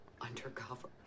Undercover